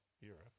Europe